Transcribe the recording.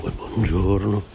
buongiorno